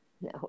No